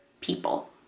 people